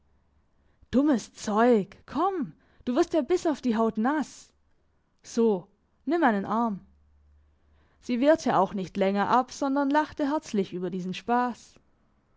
dummes zeug komm du wirst ja bis auf die haut nass so nimm meinen arm sie wehrte auch nicht länger ab sondern lachte herzlich über diesen spass